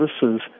services